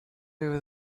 over